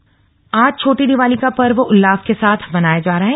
दीपावली देहरादून आज छोटी दिवाली का पर्व उल्लास के साथ मनाया जा रहा है